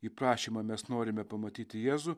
į prašymą mes norime pamatyti jėzų